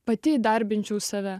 pati įdarbinčiau save